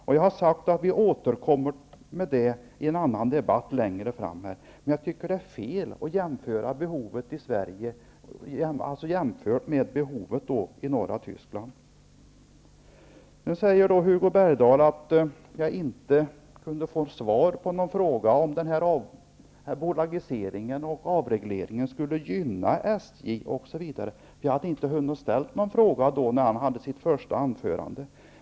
Och det skall vi återkomma till i en annan debatt här framöver. Men jag tycker att det är fel att jämföra behovet i Sverige med behovet i norra Hugo Bergdahl sade att jag inte kunde få svar på min fråga huruvida bolagiseringen och avregleringen skulle gynna SJ. Jag hade inte hunnit att ställa någon fråga när Hugo Bergdahl höll sitt inledningsanförande.